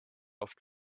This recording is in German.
oft